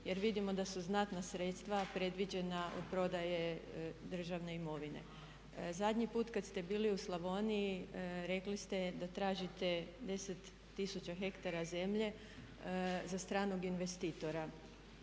jer vidimo da su znatna sredstva predviđena od prodaje državne imovine. Zadnji put kad ste bili u Slavoniji rekli ste da tražite 10 000 hektara zemlje za stranog investitora